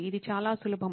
ఇది చాలా సులభం